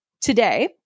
today